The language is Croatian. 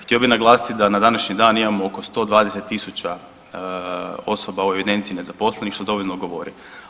Htio bih naglasiti da na današnji dan imamo oko 120.000 osoba u evidenciji nezaposlenih što dovoljno govori.